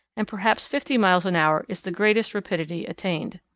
and perhaps fifty miles an hour is the greatest rapidity attained.